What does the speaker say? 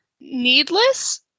needless